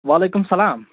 وَعلیکُم اَسَلام